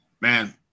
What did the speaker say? Man